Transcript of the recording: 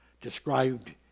described